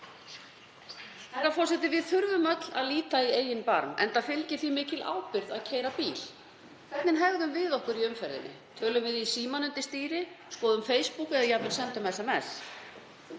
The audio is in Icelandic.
Herra forseti. Við þurfum öll að líta í eigin barm enda fylgir því mikil ábyrgð að keyra bíl. Hvernig hegðum við okkur í umferðinni? Tölum við í símann undir stýri, skoðum Facebook eða sendum